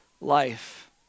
life